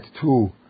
two